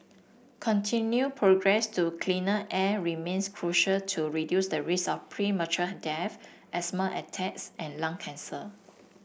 continued progress to cleaner air remains crucial to reduce the risk of premature death asthma attacks and lung cancer